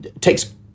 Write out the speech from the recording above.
takes